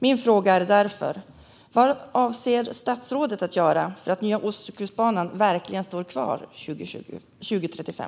Min fråga är därför vad statsrådet avser att göra för att nya Ostkustbanan verkligen ska stå klar 2035.